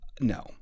No